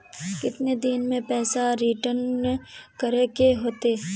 कितने दिन में पैसा रिटर्न करे के होते?